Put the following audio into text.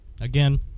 again